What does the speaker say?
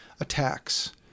attacks